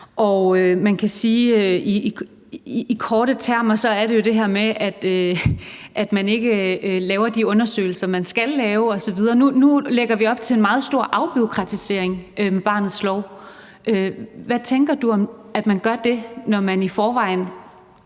Og man kan i korte termer sige, at det jo er det her med, at man ikke laver de undersøgelser, man skal lave osv. Nu lægger vi op til en meget stor afbureaukratisering med barnets lov. Hvad tænker du om, at man gør det, når man i forvejen